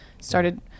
Started